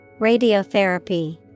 Radiotherapy